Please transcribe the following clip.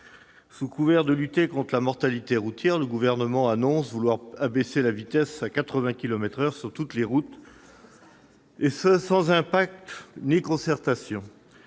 Sous couvert de lutter contre la mortalité routière, le Gouvernement a annoncé vouloir abaisser la vitesse à 80 kilomètres par heure sur toutes les routes, et ce sans étude d'impact ni concertation.